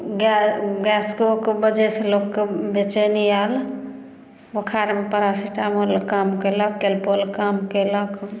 गै गैसोके बजह से लोकके बेचैनी आयल बुखारमे पारासिटामोल काम केलक कालपोल काम केलक